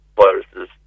viruses